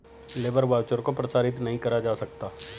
labour voucher को प्रसारित नहीं करा जा सकता